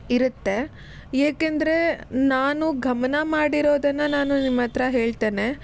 ಇರುತ್ತೆ ಏಕಂದರೆ ನಾನು ಗಮನ ಮಾಡಿರೋದನ್ನು ನಾನು ನಿಮ್ಮ ಹತ್ರ ಹೇಳ್ತೇನೆ